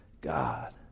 God